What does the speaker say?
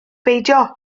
beidio